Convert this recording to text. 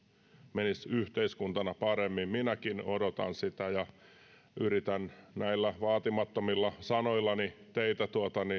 menisi yhteiskuntana paremmin minäkin odotan sitä ja yritän näillä vaatimattomilla sanoillani teitä